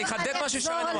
אני יודעת להגיד את זה,